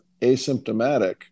asymptomatic